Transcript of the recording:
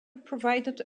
provided